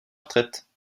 retraite